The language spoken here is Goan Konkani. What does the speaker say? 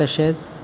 तशेंच